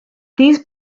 these